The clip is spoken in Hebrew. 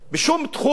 בשום תחום,